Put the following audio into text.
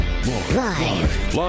Live